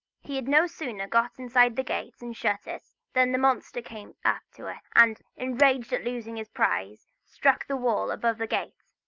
he had no sooner got inside the gate, and shut it, than the monster came up to it and, enraged at losing his prize, struck the wall above the gate,